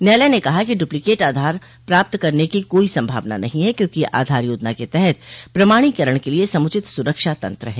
न्यायालय ने कहा कि डुप्लीकेट आधार प्राप्त करने की कोई संभावना नहीं है क्योंकि आधार योजना के तहत प्रमाणीकरण के लिए समुचित सुरक्षा तंत्र है